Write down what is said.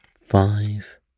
Five